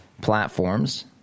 platforms